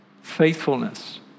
faithfulness